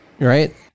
Right